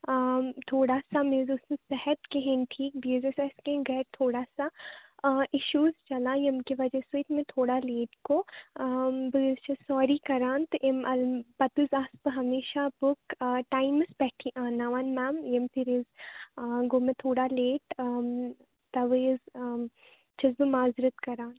آں تھوڑا سا مےٚ حظ اوس نہٕ صحت کِہیٖنۍ ٹھیٖک بیٚیہِ حظ ٲس أسہِ کیٚہنٛہ گَرِ تھوڑا سا آں اِشوٗز چَلان ییٚمہِ کہِ وَجہ سۭتۍ مےٚ تھوڑا لیٹ گوٚو آں بہٕ حظ چھس سارِی کَران تہٕ امہِ اَل پَتہٕ حظ آسہٕ بہٕ ہمیشہ بُک ٹایِمَس پٮ۪ٹھٕے اَنناوان میم ییٚمہِ پھِر حظ آں گوٚو مےٚ تھوڑا لیٹ آں تَوے حظ آں چھس بہٕ معازرت کَران